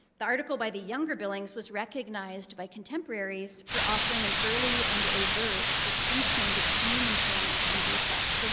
the article by the younger billings was recognized by contemporaries for offering an early and overt distinction between impairment and defects. so the